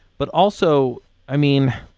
but, also i mean,